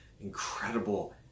incredible